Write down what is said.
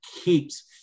keeps